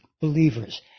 believers